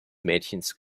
mädchens